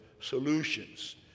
solutions